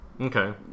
Okay